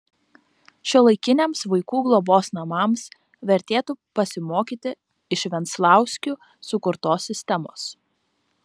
šiuolaikiniams vaikų globos namams vertėtų pasimokyti iš venclauskių sukurtos sistemos